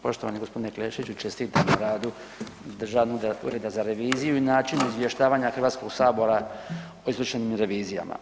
Poštovani g. Klešić, čestitam na radu Državnoga ureda za reviziju i način izvještavanja Hrvatskog sabora o izvršenim revizijama.